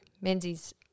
Menzies